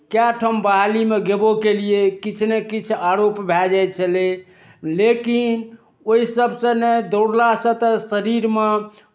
कए ठाम बहालीमे गेबो केलियै किछु ने किछु आरोप भए जाइ छलय लेकिन ओहि सभसँ ने दौड़लासँ तऽ शरीरमे